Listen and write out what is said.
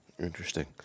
Interesting